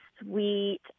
sweet